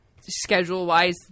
schedule-wise